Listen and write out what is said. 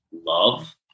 love